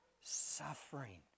suffering